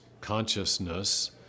consciousness